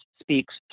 speaks